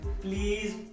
please